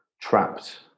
trapped